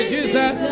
Jesus